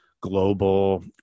global